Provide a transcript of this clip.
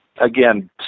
again